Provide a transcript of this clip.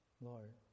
Lord